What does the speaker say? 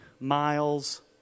miles